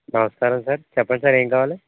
నమస్కారం సార్ చెప్పండి సార్ ఏం కావాలి